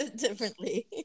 differently